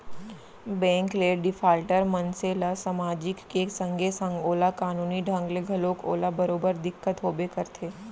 bank ले defaulter मनसे ल समाजिक के संगे संग ओला कानूनी ढंग ले घलोक ओला बरोबर दिक्कत होबे करथे